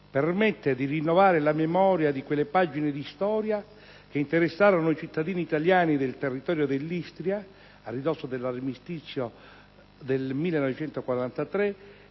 permette di rinnovare la memoria di quelle pagine di storia che interessarono i cittadini italiani dei territori dell'Istria, a ridosso dell'armistizio del 1943,